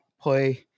play